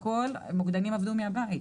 ומוקדנים עבדו מהבית.